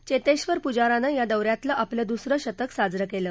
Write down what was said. चेतेधर पुजारांन या दौ यातलं आपलं दुसरं शतक साजरं केलं